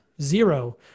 zero